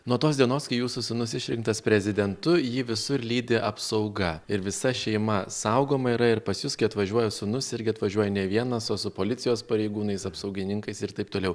nuo tos dienos kai jūsų sūnus išrinktas prezidentu jį visur lydi apsauga ir visa šeima saugoma yra ir pas jus kai atvažiuoja sūnus irgi atvažiuoja ne vienas o su policijos pareigūnais apsaugininkais ir taip toliau